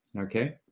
okay